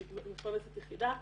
היא מפרנסת יחידה,